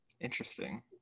Interesting